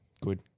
Good